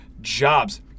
jobs